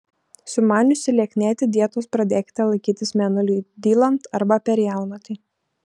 sumaniusi lieknėti dietos pradėkite laikytis mėnuliui dylant arba per jaunatį